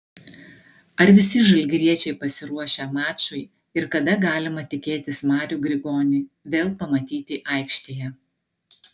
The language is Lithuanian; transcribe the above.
ar visi žalgiriečiai pasiruošę mačui ir kada galima tikėtis marių grigonį vėl pamatyti aikštėje